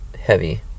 heavy